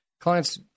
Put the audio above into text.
clients